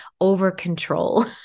over-control